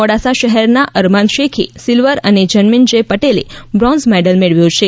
મોડાસા શહેરના અરમાન શેખે સિલ્વર અને જન્મેન્જય પટેલે બ્રોન્ઝ મેડલ મેળવ્યો છે